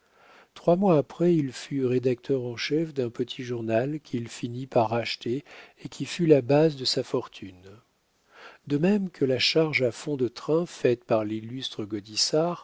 trois mois après il fut rédacteur en chef d'un petit journal qu'il finit par acheter et qui fut la base de sa fortune de même que la charge à fond de train faite par l'illustre